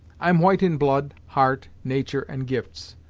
i'm white in blood, heart, natur' and gifts,